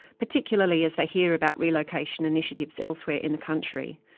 particularly as they hear about relocation initiatives elsewhere in the country.